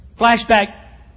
Flashback